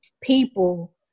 people